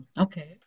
okay